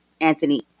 Anthony